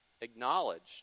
acknowledged